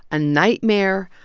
a nightmare,